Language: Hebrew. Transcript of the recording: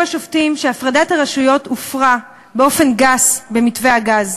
השופטים שהפרדת הרשויות הופרה באופן גס במתווה הגז.